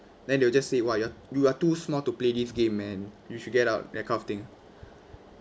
then they'll just say !wah! you're you are too small to play this game man you should get out that kind of thing